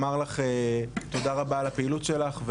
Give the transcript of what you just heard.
תודה על הפעילות שלך,